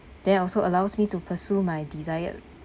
they also allows me to pursue my desired